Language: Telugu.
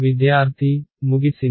విద్యార్థి ముగిసింది